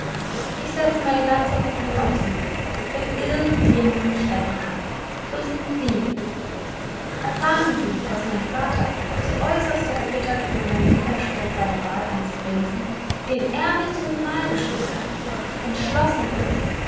ich setze meine ganze hoffnung auf sie wenn irgend jemand mich retten kann so sind sie es erfahren sie daß mein vater aufs äußerste erbittert über meinen widerspruch bei der wahl eines prinzen den er mir zum gemahl bestimmt hat entschlossen ist